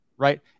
Right